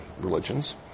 religions